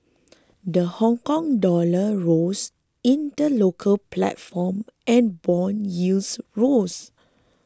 the Hongkong dollar rose in the local platform and bond yields rose